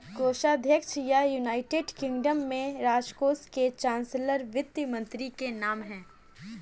कोषाध्यक्ष या, United Kingdom में, राजकोष के चांसलर वित्त मंत्री के नाम है